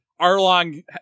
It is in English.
Arlong